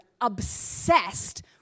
obsessed